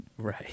Right